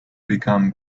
become